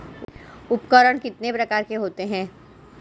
उपकरण कितने प्रकार के होते हैं?